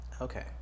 Okay